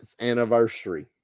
anniversary